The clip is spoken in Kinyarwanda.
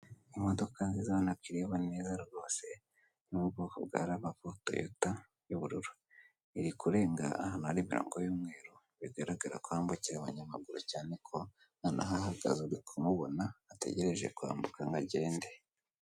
Imodoka nziza ubona ko ireba neza rwose yo mu bwoko bwa ravafo toyota y'ubururu, iri kurenga ahantu hari imiromko y'umweru bigaragara ko hambukira abanyamaguru cyane ko yanahahagaze uri kumubona yategereje kwambuka ngo agende.